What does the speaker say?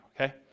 okay